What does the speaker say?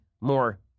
more